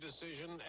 decision